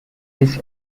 his